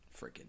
freaking